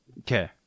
Okay